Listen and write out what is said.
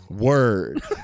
Word